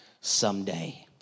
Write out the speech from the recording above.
someday